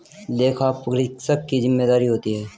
लेखापरीक्षक की क्या जिम्मेदारी होती है?